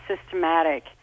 systematic